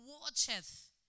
watcheth